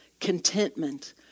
contentment